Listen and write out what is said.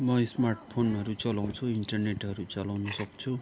म स्मार्ट फोनहरू चलाउँछु इन्टरनेटहरू चलाउन सक्छु